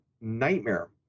nightmare